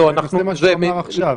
לפי מה שהוא אמר עכשיו,